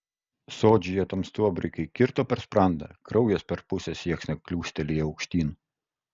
sodžiuje tam stuobriui kai kirto per sprandą kraujas per pusę sieksnio kliūstelėjo aukštyn